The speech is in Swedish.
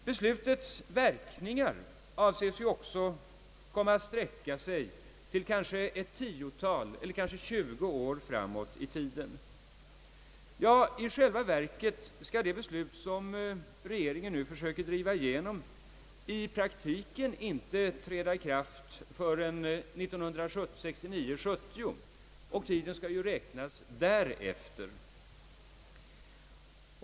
Beslutets verkningar avses komma att sträcka sig tio eller kanske tjugo år framåt i tiden; i själva verket skall det beslut, som regeringen nu försöker driva igenom, i praktiken inte träda i kraft förrän 1969—1970 och tiden får räknas därefter.